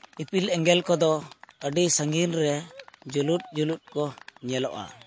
ᱤᱯᱤᱞ ᱮᱸᱜᱮᱞ ᱠᱚᱫᱚ ᱟᱹᱰᱤ ᱥᱟᱺᱜᱤᱧ ᱨᱮ ᱡᱩᱞᱩᱫ ᱡᱩᱞᱩᱫ ᱠᱚ ᱧᱮᱞᱚᱜᱼᱟ